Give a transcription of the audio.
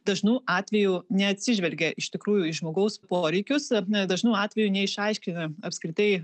dažnu atveju neatsižvelgia iš tikrųjų į žmogaus poreikius dažnu atveju neišaiškina apskritai